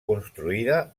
construïda